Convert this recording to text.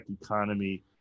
economy